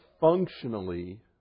functionally